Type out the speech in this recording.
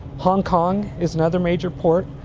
hong kong is another major port,